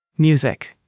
Music